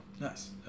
Nice